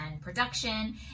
production